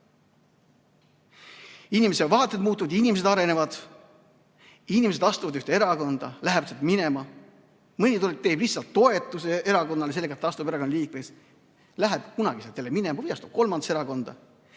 Inimeste vaated muutuvad, inimesed arenevad, inimesed astuvad ühte erakonda, lähevad sealt minema, mõni teeb lihtsalt toetuse erakonnale sellega, et astub erakonna liikmeks, aga läheb kunagi sealt jälle minema ja astub kolmandasse erakonda.